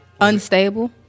Unstable